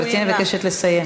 גברתי, אני מבקשת לסיים.